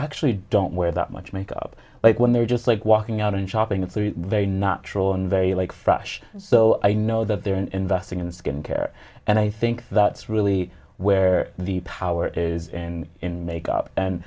actually don't wear that much makeup but when they're just like walking out and shopping it's very very natural and very like fresh so i know that they're in singin skin care and i think that's really where the power is and in makeup and